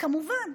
כמובן,